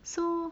so